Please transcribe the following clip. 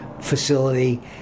facility